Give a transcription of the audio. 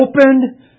opened